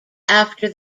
after